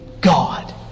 God